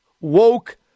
woke